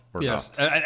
Yes